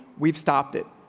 we've stopped it.